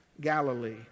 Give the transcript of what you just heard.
Galilee